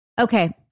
Okay